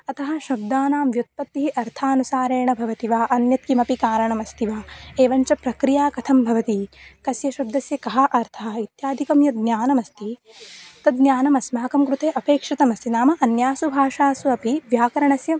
अतः शब्दानां व्युत्पत्तिः अर्थानुसारेण भवति वा अन्यत् किमपि कारणमस्ति वा एवं च प्रक्रिया कथं भवति अस्य शब्दस्य कः अर्थः इत्यादिकं यद् ज्ञानमस्ति तद् ज्ञानमस्माकं कृते अपेक्षितमस्ति नाम अन्यासु भाषासु अपि व्याकरणस्य